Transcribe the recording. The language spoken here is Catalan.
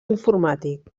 informàtic